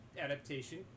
adaptation